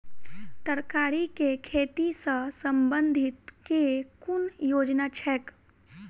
तरकारी केँ खेती सऽ संबंधित केँ कुन योजना छैक?